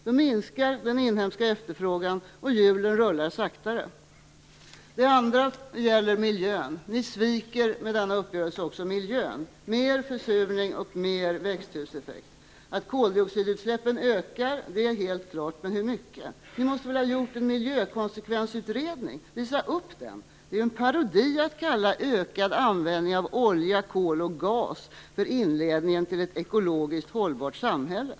Då minskar den inhemska efterfrågan och hjulen rullar saktare. Det gäller också miljön. Med denna uppgörelse sviker ni också den. Det blir mer försurning och större växthuseffekt. Att koldioxidutsläppen ökar är helt klart - men hur mycket? Ni måste väl ha gjort en miljökonsekvensutredning. Visa upp den! Det är en parodi att kalla ökad användning av olja, kol och gas för inledningen till ett ekologiskt hållbart samhälle.